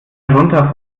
herunter